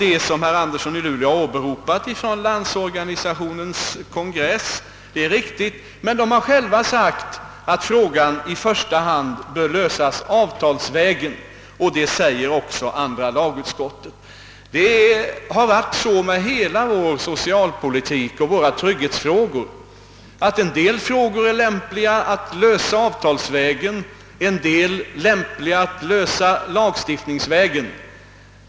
Det som herr Andersson i Luleå åberopade från LO:s kongress är emellertid också riktigt. LO har sagt, att man i första hand bör försöka lösa frågan avtalsvägen. Detta är även andra lagutskottets mening. Det är så med hela vår socialpolitik och vår trygghetspolitik, att en del frågor är lämpliga att lösa avtalsvägen och en del frågor är lämpliga att lösa lagstiftningsvägen.